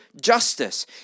justice